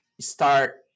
start